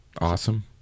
Awesome